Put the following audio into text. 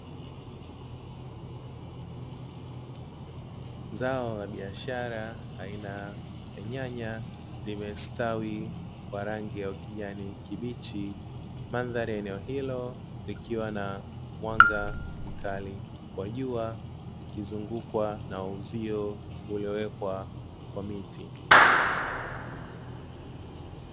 Zao la biashara aina ya nyanya limestawi kwa rangi ya ukijani kibichi mandhari ya eneo hilo likiwa na mwanga mkali wa jua ikizungukwa na uzio uliowekwa kwa miti.